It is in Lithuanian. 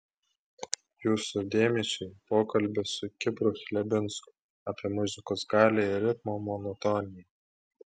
jūsų dėmesiui pokalbis su kipru chlebinsku apie muzikos galią ir ritmo monotoniją